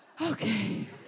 Okay